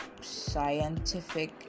scientific